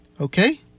okay